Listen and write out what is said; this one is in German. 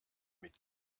mit